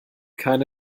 keine